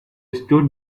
stood